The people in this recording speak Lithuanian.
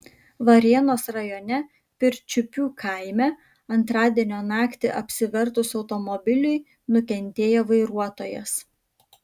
varėnos rajone pirčiupių kaime antradienio naktį apsivertus automobiliui nukentėjo vairuotojas